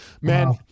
man